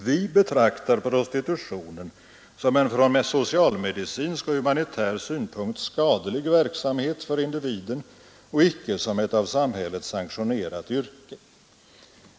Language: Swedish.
Vi betraktar prostitutionen som en från socialmedicinsk och humanitär synpunkt skadlig verksamhet för individen och icke som ett av samhället sanktionerat yrke.